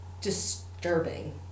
disturbing